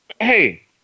Hey